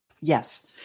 Yes